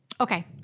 Okay